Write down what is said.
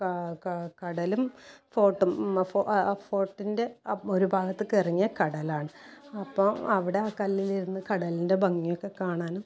ക ക കടലും ഫോർട്ടും ഫ ഫോ ഫോർട്ടിൻ്റെ ഒരു ഭാഗത്തേക്ക് ഇറങ്ങിയാൽ കടലാണ് അപ്പോൾ അവിടെ കല്ലിൽ ഇരുന്ന് കടലിൻ്റെ ഭംഗിയൊക്കെ കാണാനും